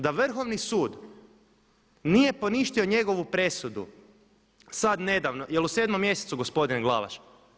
Da Vrhovni sud nije poništio njegovu presudu sad nedavno, jel u 7 mjesecu gospodine Glavaš?